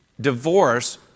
Divorce